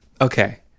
Okay